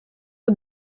eux